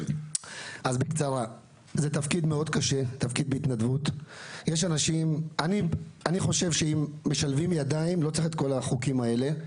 זה תפקיד קשה ולדעתי אם משלבים ידיים לא צריך את כל החוקים האלה,